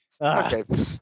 Okay